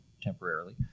temporarily